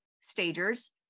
stagers